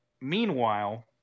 Meanwhile